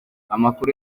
amakuru